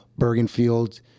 Bergenfield